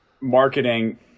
marketing